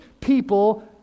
people